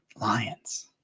Lions